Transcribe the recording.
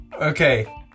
okay